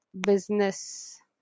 business